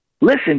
Listen